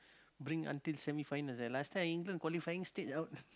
bring until semi-finals last time England qualifying stage out